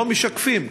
אינם משקפים.